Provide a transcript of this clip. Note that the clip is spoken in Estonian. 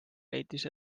leidis